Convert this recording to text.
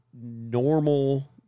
normal